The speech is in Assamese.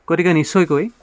গতিকে নিশ্চয়কৈ